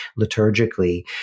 liturgically